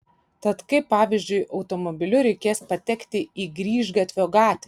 tad kaip pavyzdžiui automobiliu reikės patekti į grįžgatvio gatvę